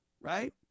right